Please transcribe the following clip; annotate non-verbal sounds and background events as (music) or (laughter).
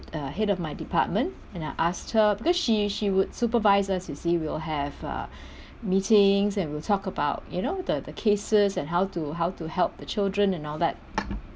uh head of my department and I asked her because she she would supervise us you see we'll have uh (breath) meetings and we'll talk about you know the the cases and how to how to help the children and all that